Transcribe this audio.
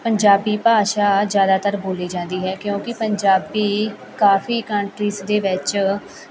ਪੰਜਾਬੀ ਭਾਸ਼ਾ ਜਿਆਦਾਤਰ ਬੋਲੀ ਜਾਂਦੀ ਹੈ ਕਿਉਂਕਿ ਪੰਜਾਬੀ ਕਾਫੀ ਕੰਟਰੀਜ਼ ਦੇ ਵਿੱਚ